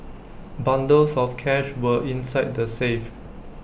bundles of cash were inside the safe